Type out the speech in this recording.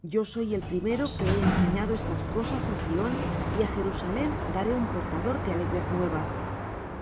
yo soy el primero que he enseñado estas cosas á sión y á jerusalem daré un portador de alegres nuevas